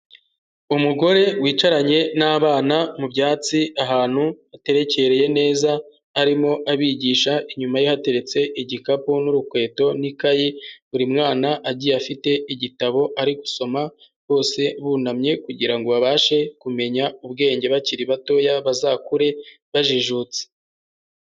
Umugore wicaranye n'abana mu byatsi ahantu haterekereye neza arimo abigisha inyuma ye hateretse igikapu n'urukweto n'ikayi, buri mwana agiye afite igitabo ari gusoma bose bunamye kugirango ngo babashe kumenya ubwenge bakiri batoya bazakure bajijutse.